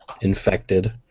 Infected